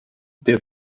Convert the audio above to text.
der